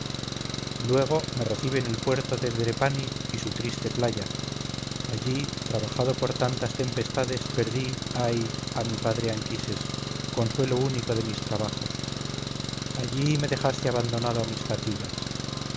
luego me reciben el puerto de drepani y su triste playa allí trabajado por tantas tempestades perdí ay a mi padre anquises consuelo único de mis trabajos allí me dejaste abandonado a mis fatigas